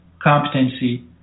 competency